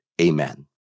Amen